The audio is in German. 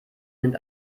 nimmt